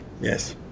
Yes